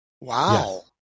Wow